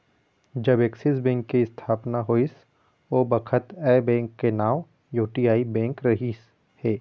जब Axis bank के इस्थापना होइस ओ बखत ऐ बेंक के नांव यूटीआई बेंक रिहिस हे